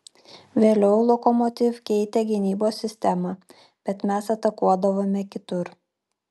vėliau lokomotiv keitė gynybos sistemą bet mes atakuodavome kitur